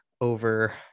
over